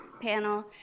panel